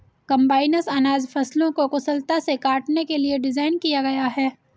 combines अनाज फसलों को कुशलता से काटने के लिए डिज़ाइन किया गया है